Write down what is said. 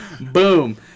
Boom